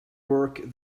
work